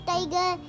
Tiger